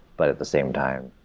but at the same time,